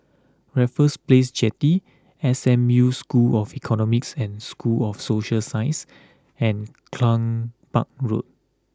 Raffles Place Jetty S M U School of Economics and School of Social Sciences and Cluny Park Road